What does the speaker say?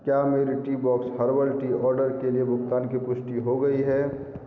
क्या मेरे tea box herbal tea order के लिए भुगतान की पुष्टि हो गई है